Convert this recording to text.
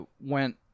went